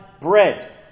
bread